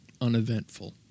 uneventful